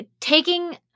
taking